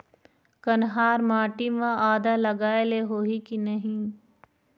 कन्हार माटी म आदा लगाए ले होही की नहीं?